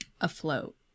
afloat